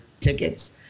tickets